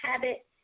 habit